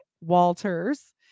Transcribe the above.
walters